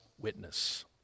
witness